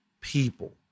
people